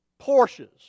Porsches